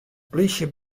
polysje